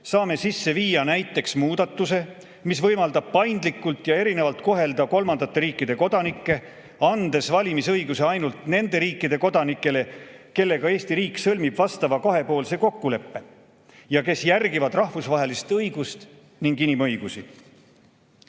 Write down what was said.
saame sisse viia näiteks muudatuse, mis võimaldab paindlikult ja erinevalt kohelda kolmandate riikide kodanikke, andes valimisõiguse ainult nende riikide kodanikele, kellega Eesti riik sõlmib vastava kahepoolse kokkuleppe ja kes järgivad rahvusvahelist õigust ning inimõigusi.